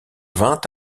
vingt